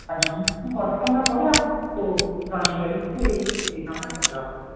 ଆଜ୍ଞା ମୁଁ କରି ସାରିଲା ପରେ ଆପଣଙ୍କୁ ଜଣାଇ ପାରିବି କି ଏହି ଏତିକି ଟଙ୍କା ଖର୍ଚ୍ଚ ହେବ ବୋଲି